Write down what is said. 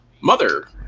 Mother